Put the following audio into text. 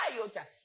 iota